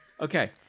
okay